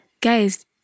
Guys